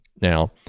Now